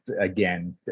again